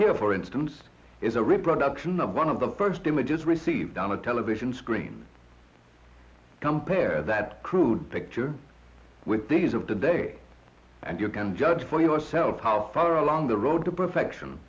here for instance is a reproduction of one of the first images received on a television screen compare that crude picture with days of today and you can judge for yourself how far along the road to perfection